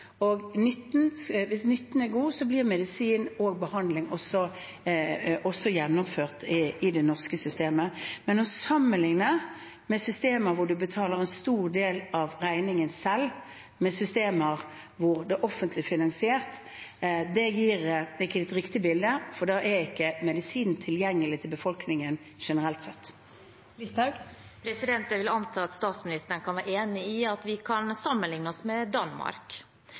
og hvis nytten er god, blir medisin og behandling også tatt i bruk i det norske systemet. Å sammenligne systemer hvor man betaler en stor del av regningen selv, med systemer hvor det er offentlig finansiert, gir ikke et riktig bilde, for da er ikke medisinen tilgjengelig for befolkningen generelt sett. Jeg vil anta at statsministeren kan være enig i at vi kan sammenligne oss med Danmark.